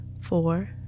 four